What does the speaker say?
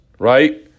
Right